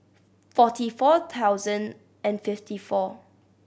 forty four thousand and fifty four